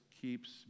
keeps